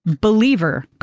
Believer